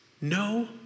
no